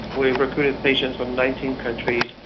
we recruited patients from nineteen countries,